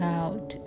out